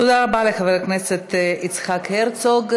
תודה רבה לחבר הכנסת יצחק הרצוג.